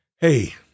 hey